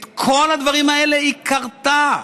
את כל הדברים האלה היא כרתה,